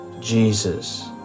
Jesus